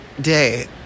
day